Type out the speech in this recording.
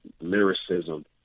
lyricism